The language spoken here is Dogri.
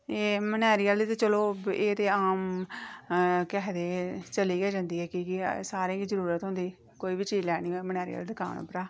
एह् मनेआरी आह्ली ते चलो एह् ते ऐ आम के आखदे चली गै जंदी ऐ की के सारें गै जरूरत होंदी कोई बी चीज लैनी होऐ मनेआरी आह्ली दकान उप्परा